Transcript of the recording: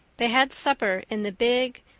they had supper in the big,